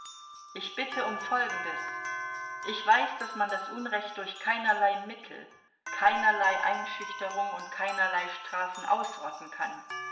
ich bitte um folgendes ich weiß daß man das unrecht durch keinerlei mittel keinerlei einschüchterung und keinerlei strafen ausrotten kann